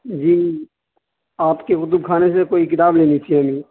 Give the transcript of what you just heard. جی آپ کے کتب خانے سے کوئی کتاب لینی تھی ہمیں